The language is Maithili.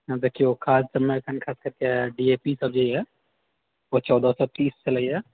देखियौ खाद सबमे अखन खर्चा छै डी ए पी सब जे यऽ ओ चौदह सौ तीस चलैया